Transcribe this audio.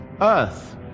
Earth